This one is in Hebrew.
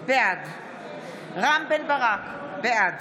בעד רם בן ברק, בעד